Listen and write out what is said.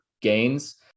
gains